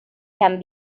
can